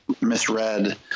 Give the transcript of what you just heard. misread